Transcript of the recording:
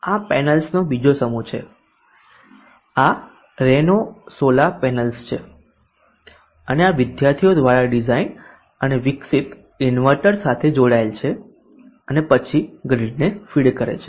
આ પેનલ્સનો બીજો સમૂહ છે આ રેનોસોલા પેનલ્સ છે અને આ વિદ્યાર્થીઓ દ્વારા ડિઝાઇન અને વિકસિત ઇન્વર્ટર સાથે જોડાયેલ છે અને પછી ગ્રીડને ફીડ કરે છે